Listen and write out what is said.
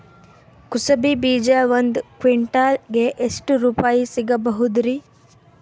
ಕುಸಬಿ ಬೀಜ ಒಂದ್ ಕ್ವಿಂಟಾಲ್ ಗೆ ಎಷ್ಟುರುಪಾಯಿ ಸಿಗಬಹುದುರೀ?